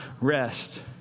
rest